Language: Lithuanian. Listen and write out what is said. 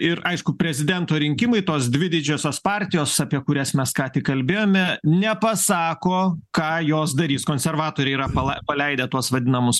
ir aišku prezidento rinkimai tos dvi didžiosios partijos apie kurias mes ką tik kalbėjome nepasako ką jos darys konservatoriai yra pala paleidę tuos vadinamus